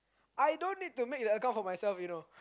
I don't need to make the account for myself you know